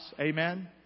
amen